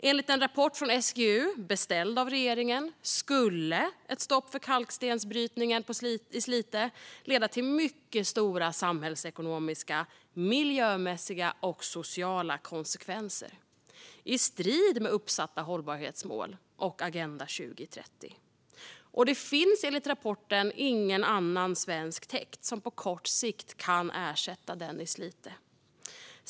Enligt en rapport från SGU, beställd av regeringen, skulle ett stopp för kalkstensbrytningen i Slite leda till mycket stora samhällsekonomiska, miljömässiga och sociala konsekvenser, i strid med uppsatta hållbarhetsmål och Agenda 2030. Det finns enligt rapporten ingen annan svensk täkt som på kort sikt kan ersätta den i Slite.